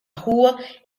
rua